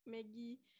Maggie